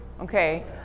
Okay